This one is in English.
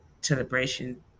celebration